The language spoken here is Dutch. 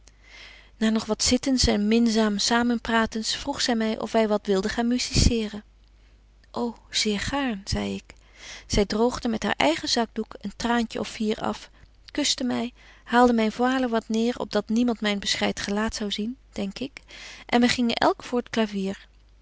na nog wat zittens en minzaam samenpraatens vroeg zy my of wy wat wilden gaan musiceeren ô zeer gaarn zei ik zy droogde met haar eigen zakdoek een traantje of vier af kuschte my haalde myn voile wat neêr op dat niemand myn beschreit gelaat zien zou denk ik en wy gingen elk voor t clavier